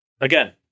again